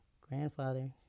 grandfather